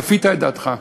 כפית את דעתך,